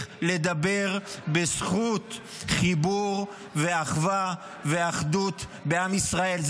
לדבר בזכות חיבור ואחווה ואחדות בעם ישראל.